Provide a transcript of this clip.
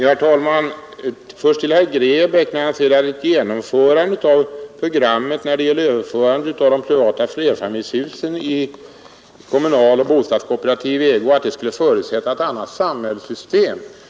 Herr talman! Herr Grebäck säger att genomförandet av programmet när det gäller överförandet av de privata flerfamiljshusen i kommunal och bostadskooperativ ägo skulle förutsätta ett annat samhällssystem.